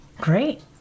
great